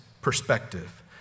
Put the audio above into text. perspective